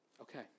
okay